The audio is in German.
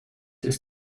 ist